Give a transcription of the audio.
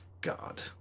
God